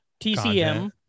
TCM